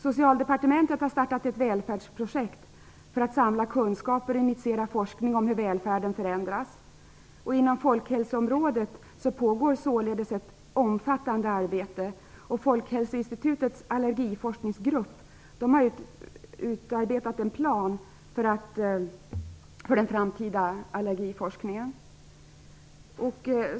Socialdepartementet har startat ett välfärdsprojekt för att samla kunskaper och initiera forskning om hur välfärden förändras. Inom folkhälsoområdet pågår således ett omfattande arbete. Folkhälsoinstitutets allergiforskningsgrupp har utarbetat en plan för den framtida allergiforskningen.